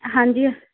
ਹਾਂਜੀ